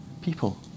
people